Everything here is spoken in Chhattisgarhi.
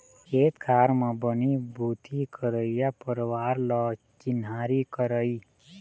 खेत खार म बनी भूथी करइया परवार ल चिन्हारी करई